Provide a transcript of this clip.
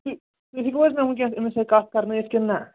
تُہۍ تُہۍ ہیٚکوا حظ مےٚ وُنکیٚس أمِس سۭتۍ کَتھ کرنٲوِتھ کِنہٕ نہٕ